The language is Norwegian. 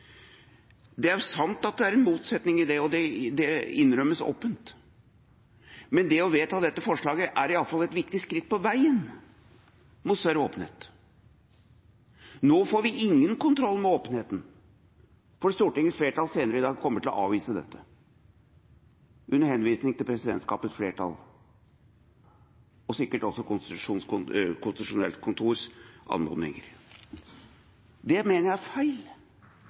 er jo sant at det er en motsetning i det, og det innrømmes åpent, men det å vedta dette forslaget ville iallfall vært et viktig skritt på veien mot større åpenhet. Nå får vi ingen kontroll med åpenheten, for Stortingets flertall kommer senere i dag til å avvise dette under henvisning til presidentskapets flertall og sikkert også til konstitusjonelt kontors anmodninger. Det mener jeg er feil,